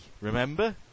remember